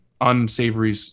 unsavory